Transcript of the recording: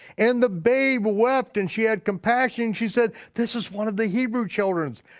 and the babe wept, and she had compassion, she said this is one of the hebrew childrens.